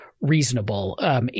reasonable